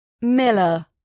Miller